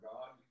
God